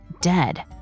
dead